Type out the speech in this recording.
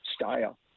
style